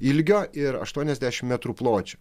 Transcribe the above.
ilgio ir aštuoniasdešimt metrų pločio